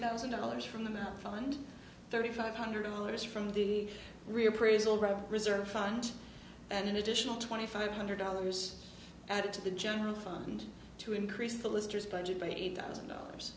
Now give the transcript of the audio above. thousand dollars from the fund thirty five hundred dollars from the reappraisal ready reserve fund and an additional twenty five hundred dollars added to the general fund to increase the lister's budget by eight thousand dollars